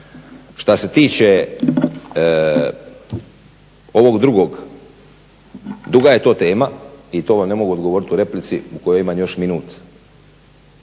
Što se tiče ovog drugog duga je to tema i to vam ne mogu odgovoriti u replici u kojoj imam još minut.